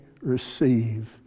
receive